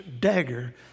dagger